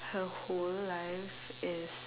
her whole life is